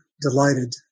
delighted